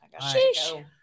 Sheesh